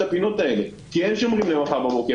הפינות האלה כי אין שומרים למחר בבוקר,